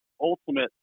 ultimate